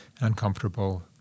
uncomfortable